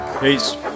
Peace